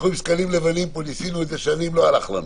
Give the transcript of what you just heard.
אנחנו ניסינו את זה שנים ולא הלך לנו.